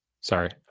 sorry